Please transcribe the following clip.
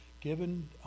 given